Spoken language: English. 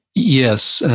yes.